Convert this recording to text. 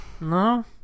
No